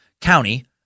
County